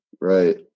Right